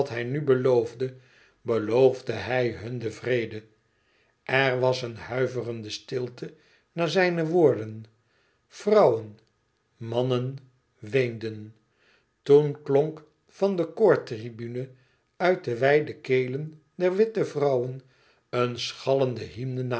nu beloofde beloofde hij hun den vrede er was eene huiverende stilte na zijne woorden vrouwen mannen weenden toen klonk van de koortribune uit de wijde kelen der witte vrouwen een schallende